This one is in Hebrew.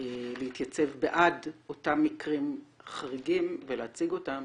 להתייצב בעד אותם מקרים חריגים ולהציג אותם